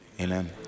Amen